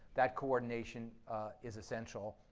that coordination is essential.